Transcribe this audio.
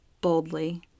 boldly